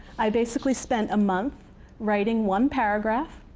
i basically spent a month writing one paragraph,